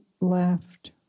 left